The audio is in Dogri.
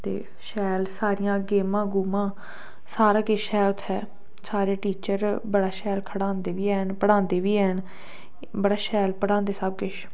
ते शैल सारियां गेमां गूूमां सारा किश ऐ उत्थै सारे टीचर बड़ा शैल खढ़ांदे बी ऐन पढ़ांदे बी ऐन बड़ा शैल पढ़ांदे सब किश